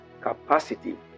capacity